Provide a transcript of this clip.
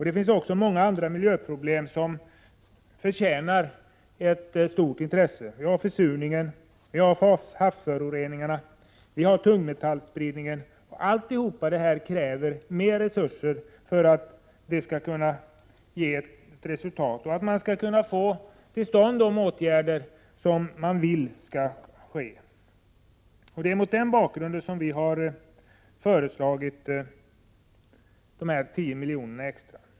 Det finns många andra miljöproblem som förtjänar ett stort intresse. Det är bl.a. försurningen, havsföroreningarna och tungmetallspridningen. Allt detta kräver mera resurser för att det skall bli ett resultat och för att de åtgärder som bör vidtas kommer till stånd. Det är mot den bakgrunden som centerpartiet har föreslagit de extra 10 miljonerna.